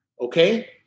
okay